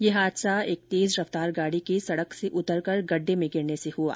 यह हादसा एक तेज रफ्तार गाड़ी के सड़क से उतरकर गड्ढे में गिरने से हुआ